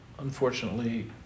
unfortunately